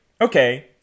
okay